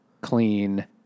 clean